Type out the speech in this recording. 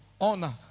honor